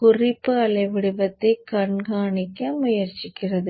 குறிப்பு அலை வடிவத்தை கண்காணிக்க முயற்சிக்கிறது